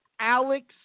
Alex